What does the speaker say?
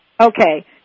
Okay